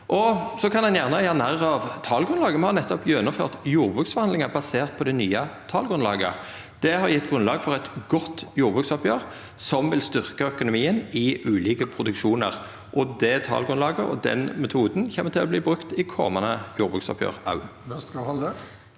dette. Ein kan gjerne gjera narr av talgrunnlaget. Me har nettopp gjennomført jordbruksforhandlingar basert på det nye talgrunnlaget. Det har gjeve grunnlag for eit godt jordbruksoppgjer som vil styrkja økonomien i ulike produksjonar. Det talgrunnlaget og den metoden kjem til å verta brukte i komande jordbruksoppgjer òg.